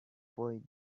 boy